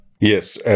Yes